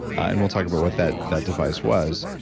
and we'll talk about what that that device was.